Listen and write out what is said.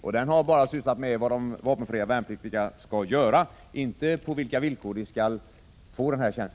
Men den har bara sysslat med vad de vapenfria värnpliktiga skall göra, inte på vilka villkor de skall få denna tjänst.